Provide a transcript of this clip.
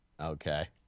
Okay